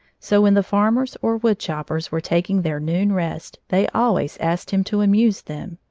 so when the farmers or woodchoppers were taking their noon rest, they always asked him to amuse them.